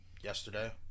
yesterday